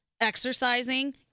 exercising